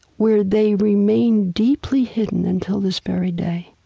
where they remain deeply hidden until this very day